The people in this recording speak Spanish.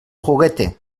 juguete